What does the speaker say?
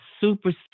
super